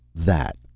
that,